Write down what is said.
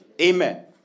Amen